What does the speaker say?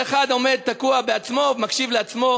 כל אחד עומד תקוע בעצמו, מקשיב לעצמו.